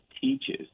teaches